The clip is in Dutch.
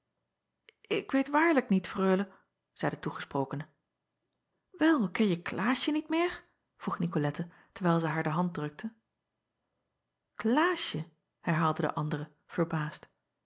k weet waarlijk niet reule zeî de toegesprokene el kenje laasje niet meer vroeg icolette terwijl zij haar de hand drukte laasje herhaalde de andere verbaasd